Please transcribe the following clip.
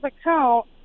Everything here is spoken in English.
account